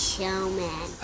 Showman